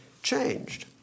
changed